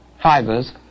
fibers